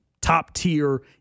top-tier